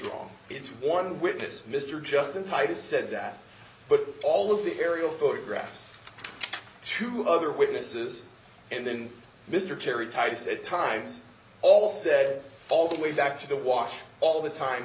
wrong it's one witness mr justin titus said that but all of the aerial photographs to other witnesses and then mr terry tice at times all said all the way back to the wash all the time